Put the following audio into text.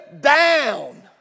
down